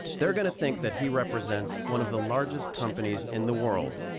they're going to think that he represents one of the largest companies in the world,